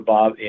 Bob